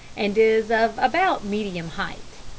and is of about medium height.